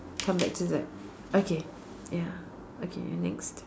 come back to that okay ya okay then next